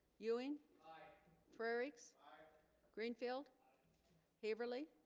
ewing frerichs greenfield haverly